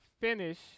finish